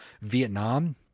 Vietnam